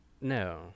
No